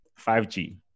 5g